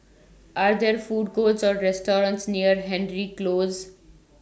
Are There Food Courts Or restaurants near Hendry Close